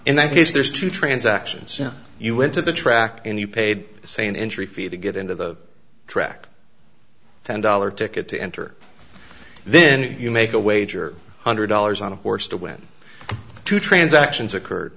in that case there's two transactions you went to the track and you paid say an entry fee to get into the track ten dollar ticket to enter then you make a wager hundred dollars on a horse to win two transactions occurred